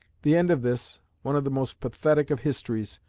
the end of this, one of the most pathetic of histories,